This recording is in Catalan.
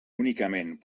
únicament